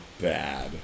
bad